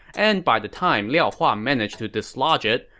and by the time liao hua managed to dislodge it,